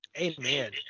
Amen